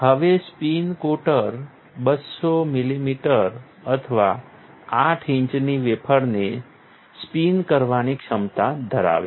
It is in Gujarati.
હવે સ્પિન કોટર 200 મિલિમીટર અથવા 8 ઇંચની વેફરને સ્પિન કરવાની ક્ષમતા ધરાવે છે